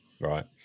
right